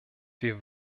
wir